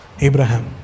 Abraham